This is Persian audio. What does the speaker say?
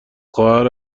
خواهر